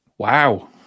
Wow